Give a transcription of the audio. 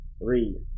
Read